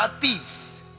thieves